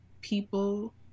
people